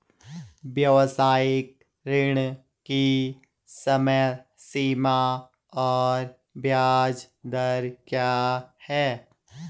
व्यावसायिक ऋण की समय सीमा और ब्याज दर क्या है?